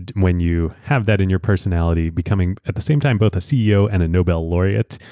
and when you have that in your personality, becoming at the same time both a ceo and a nobel laureate,